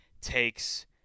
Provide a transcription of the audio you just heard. takes